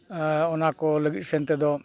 ᱚᱱᱟ ᱠᱚ ᱞᱟᱹᱜᱤᱫ ᱥᱮᱱ ᱛᱮᱫᱚ